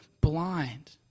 blind